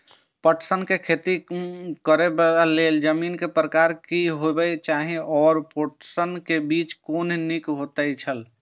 पटसन के खेती करबाक लेल जमीन के प्रकार की होबेय चाही आओर पटसन के बीज कुन निक होऐत छल?